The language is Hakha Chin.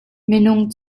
minung